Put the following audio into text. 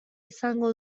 izango